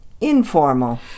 informal